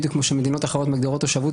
בדיוק כמו שמדינות אחרות מגדירות תושבות,